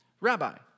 Rabbi